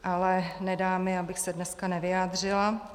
Ale nedá mi, abych se dneska nevyjádřila.